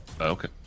Okay